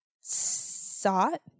sought